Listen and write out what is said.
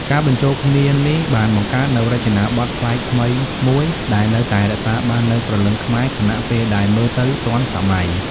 ការបញ្ចូលគ្នានេះបានបង្កើតនូវរចនាបថប្លែកថ្មីមួយដែលនៅតែរក្សាបាននូវព្រលឹងខ្មែរ ខណៈពេលដែលមើលទៅទាន់សម័យ។